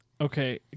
okay